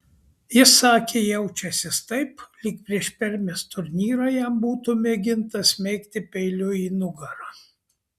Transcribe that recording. jis sakė jaučiąsis taip lyg prieš permės turnyrą jam būtų mėginta smeigti peiliu į nugarą